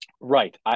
Right